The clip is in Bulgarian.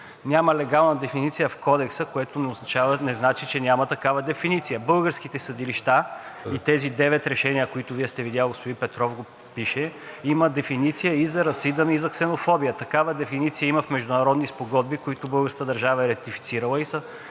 Няма легална дефиниция в Кодекса, което не значи, че няма такава дефиниция. Българските съдилища и тези девет решения, които Вие сте видели, господин Петров, пише, има дефиниция и за расизъм, и за ксенофобия. Такава дефиниция има в международни спогодби, които българската държава е ратифицирала и са